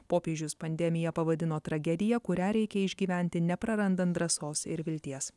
popiežius pandemiją pavadino tragedija kurią reikia išgyventi neprarandant drąsos ir vilties